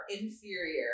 inferior